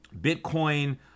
Bitcoin